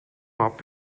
mob